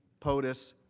potus,